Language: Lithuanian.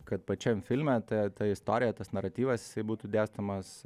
kad pačiam filme ta ta istorija tas naratyvas jisai būtų dėstomas